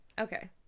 okay